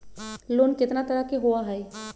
Loan केतना तरह के होअ हई?